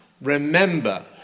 Remember